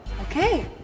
Okay